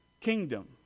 kingdom